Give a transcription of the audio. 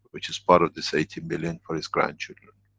which is part of the so eighty million for his grandchildren.